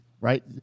Right